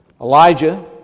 Elijah